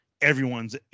everyone's